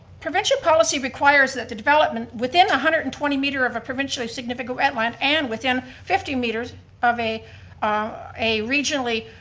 provincial policy requires that the development within one hundred and twenty meter of a provincially significant wetland and within fifty meters of a ah a regionally.